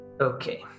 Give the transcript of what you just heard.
Okay